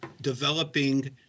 developing